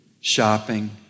Shopping